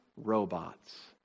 Robots